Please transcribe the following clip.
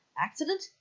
accident